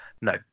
No